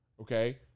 Okay